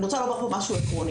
אני רוצה לומר פה משהו עקרוני,